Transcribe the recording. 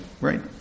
right